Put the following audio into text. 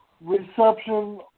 reception